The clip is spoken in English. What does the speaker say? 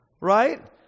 right